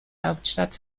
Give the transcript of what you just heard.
hauptstadt